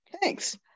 Thanks